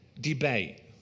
debate